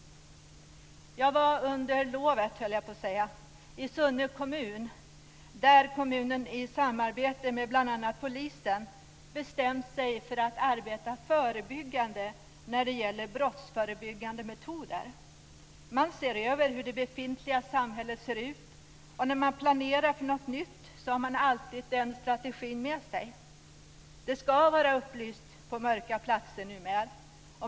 Jag var under "lovet" i Sunne kommun där kommunen i samarbete med bl.a. polisen bestämt sig för att arbeta med brottsförebyggande metoder. Man ser över hur det befintliga samhället ser ut, och när man planerar för något nytt har man alltid den här strategin med sig. Det ska vara upplyst på mörka platser numera.